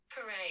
Parade